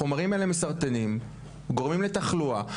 החומרים האלה מסרטנים, גורמים לתחלואה.